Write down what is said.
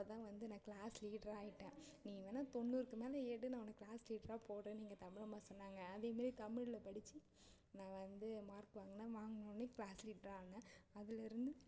அப்போதான் வந்து நான் க்ளாஸ் லீடராக ஆகிட்டேன் நீ வேணா தொண்ணூறுக்கு மேல எடு நான் உன்னை க்ளாஸ் லீடராக போடுகிறேன் எங்கள் தமிழம்மா சொன்னாங்க அதேமாரி தமிழில் படித்து நான் வந்து மார்க் வாங்கினேன் வாங்கினவொடனே க்ளாஸ் லீடராக ஆனேன் அதுலேருந்து